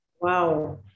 Wow